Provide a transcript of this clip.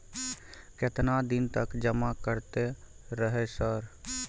केतना दिन तक जमा करते रहे सर?